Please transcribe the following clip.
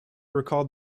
recalled